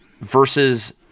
versus